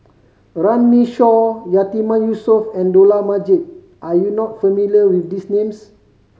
Runme Shaw Yatiman Yusof and Dollah Majid are you not familiar with these names